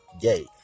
gay